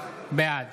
בעד